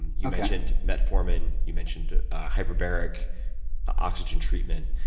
you mentioned metformin. you mentioned hyperbaric ah oxygen treatment.